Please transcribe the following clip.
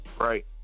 Right